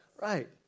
Right